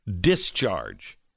discharge